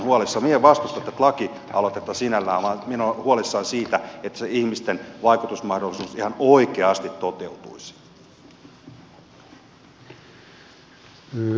minä en vastusta tätä lakialoitetta sinällään vaan olen huolissani siitä että ihmisten vaikutusmahdollisuudet ihan oikeasti toteutuisivat